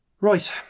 Right